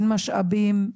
אין משאבים,